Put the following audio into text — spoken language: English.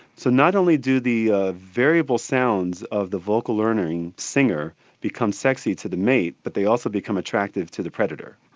so not only do the ah variable sounds of the vocal learning singer become sexy to the mate but they also become attractive to the predator.